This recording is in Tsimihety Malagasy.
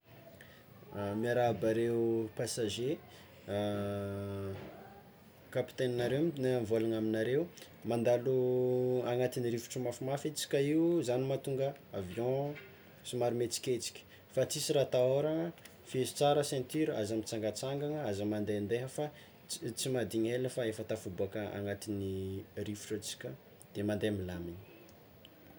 Miarahaba areo passager kapiteninareo mivôlana aminareo, mandalo agnatin'ny rivotro mafimafy edy tsika io zany mahatonga avion somary mietsiketsiky fa tsisy raha atahôrana, fehezo tsara ceinture aza mitsangatsangana aza mandendeha fa tsy tsy mahadigny ela fa efa tafiboaka agnatin'ny rivotro atsika de mande milamigny.